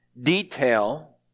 detail